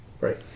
Right